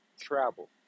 travel